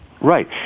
Right